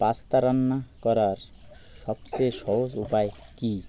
pasta রান্না করার সবচেয়ে সহজ উপায় কী